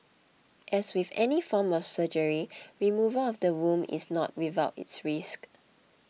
as with any form of surgery removal of the womb is not without its risk